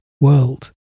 world